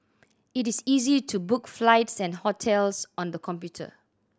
it is easy to book flights and hotels on the computer